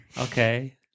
Okay